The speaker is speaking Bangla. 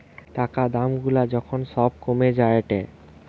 টাকা দাম গুলা যখন সব কমে যায়েটে